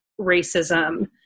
racism